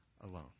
alone